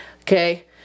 Okay